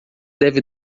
deve